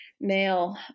male